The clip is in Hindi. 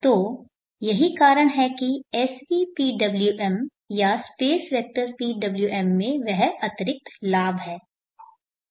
तो यही कारण है कि SVPWM या स्पेस वेक्टर PWM में वह अतिरिक्त लाभ है